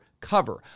cover